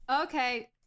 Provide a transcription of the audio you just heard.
Okay